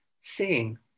seeing